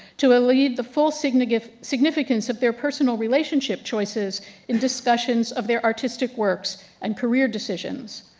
to lead the full significance significance of their personal relationship choices in discussions of their artistic works and career decisions.